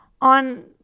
on